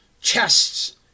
chests